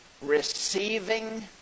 receiving